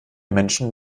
menschen